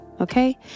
Okay